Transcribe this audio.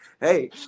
Hey